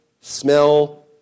smell